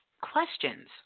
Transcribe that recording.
questions